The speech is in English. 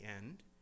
end